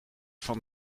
van